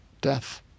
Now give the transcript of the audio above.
death